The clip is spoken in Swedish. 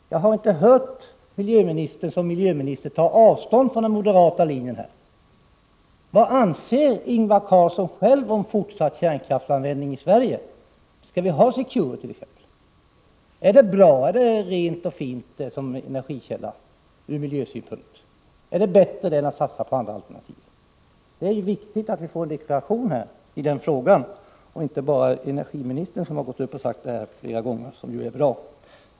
Jag har inte heller hört miljöministern just som miljöminister ta avstånd från den moderata linjen. Vad anser Ingvar Carlsson själv om fortsatt kärnkraftsanvändning i Sverige? Skall vi ha Secure t.ex.? Är det en från miljösynpunkt ren och fin energikälla? Är det bättre än att satsa på andra alternativ? Det är viktigt att vi får en deklaration i den frågan även av miljöministern och inte bara av energiministern, som på det området flera gånger gjort en deklaration som är bra.